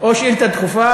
או שאילתה דחופה.